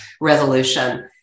resolution